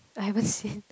I haven't seen